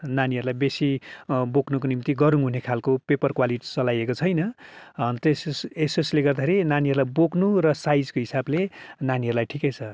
नानीहरूलाई बेसी बोक्नको निम्ति गह्रौँ हुने खाल्को पेपर क्वालिटी चलाइएको छैन अँ त्यसोस् यसोस्ले गर्दाखेरि नानीहरूलाई बोक्नु र साइजको हिसाबले नानीहरूलाई ठिकै छ